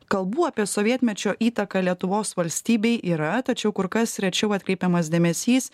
kalbų apie sovietmečio įtaką lietuvos valstybei yra tačiau kur kas rečiau atkreipiamas dėmesys